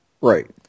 Right